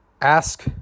ask